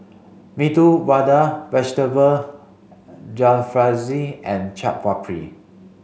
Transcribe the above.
Medu Vada Vegetable Jalfrezi and Chaat Papri